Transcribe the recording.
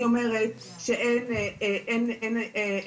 אומרת שאין מורים,